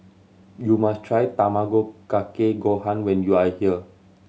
you must try Tamago Kake Gohan when you are here